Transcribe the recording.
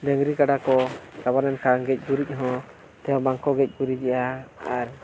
ᱰᱟᱝᱨᱤ ᱠᱟᱰᱟ ᱠᱚ ᱟᱵᱚ ᱨᱮᱱ ᱚᱱᱠᱟ ᱜᱮᱡ ᱜᱩᱨᱤᱡ ᱛᱮᱦᱚᱸ ᱵᱟᱝᱠᱚ ᱜᱮᱡ ᱜᱩᱨᱤᱡᱮᱜᱼᱟ ᱟᱨ